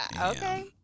Okay